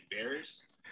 embarrassed